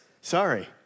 Sorry